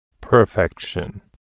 perfection